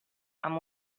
amb